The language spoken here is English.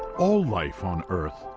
all life on earth,